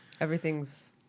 everything's